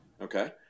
Okay